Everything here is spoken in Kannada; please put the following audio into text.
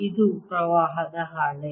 ಇದು ಪ್ರವಾಹದ ಹಾಳೆ